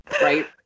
right